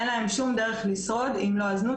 אין להם שום דרך לשרוד אם לא הזנות,